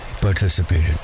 participated